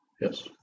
Yes